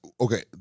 Okay